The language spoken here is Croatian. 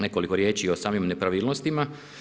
Nekoliko riječi i o samim nepravilnostima.